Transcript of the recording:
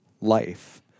life